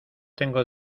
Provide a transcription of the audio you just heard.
tengo